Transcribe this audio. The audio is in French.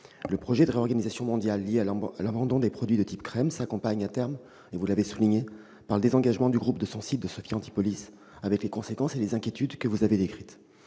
Le projet de réorganisation mondial lié à l'abandon des produits de type « crème » s'accompagne à terme du désengagement du groupe de son site de Sophia Antipolis, avec les conséquences et les inquiétudes que vous avez décrites.